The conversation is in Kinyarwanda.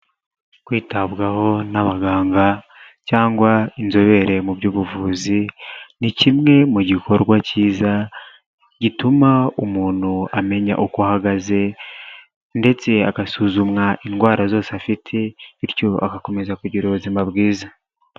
Kwitabwaho n'abaganga cyangwa inzobere mu by'ubuvuzi ni kimwe mu gikorwa cyiza gituma umuntu amenya uko ahagaze ndetse agasuzumwa indwara zose afite bityo agakomeza kugira ubuzima bwiza.